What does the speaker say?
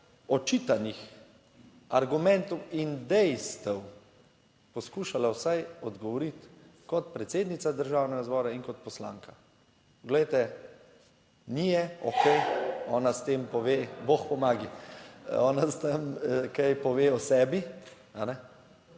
očitanih argumentov in dejstev poskušala vsaj odgovoriti kot predsednica Državnega zbora in kot poslanka. Glejte, ni je, ona s tem pove kaj pove o sebi, pove